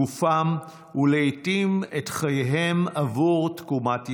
גופם ולעיתים את חייהם עבור תקומת ישראל,